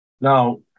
Now